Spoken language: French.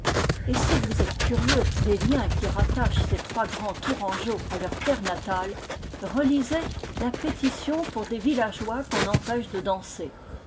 et si vous êtes curieux des liens qui rattachent ces trois grands tourangeaux à leur terre natale relisez la pétition pour des villageois qu'on empêche de danser